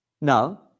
No